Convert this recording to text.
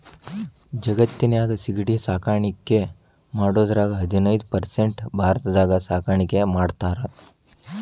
ಜಗತ್ತಿನ್ಯಾಗ ಸಿಗಡಿ ಸಾಕಾಣಿಕೆ ಮಾಡೋದ್ರಾಗ ಹದಿನೈದ್ ಪರ್ಸೆಂಟ್ ಭಾರತದಾಗ ಸಾಕಾಣಿಕೆ ಮಾಡ್ತಾರ